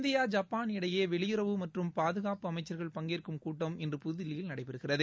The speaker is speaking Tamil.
இந்தியா ஜப்பாள் இடையே வெளியுறவு மற்றும் பாதுகாப்பு அமைச்சர்கள் பங்கேற்கும் கூட்டம் இன்று புதுதில்லியில் நடைபெறுகிறது